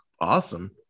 awesome